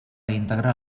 íntegra